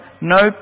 no